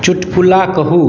चुटकुला कहू